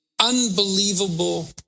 unbelievable